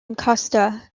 costa